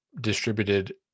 distributed